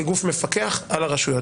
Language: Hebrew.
כגוף מפקח על הרשויות.